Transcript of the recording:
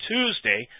Tuesday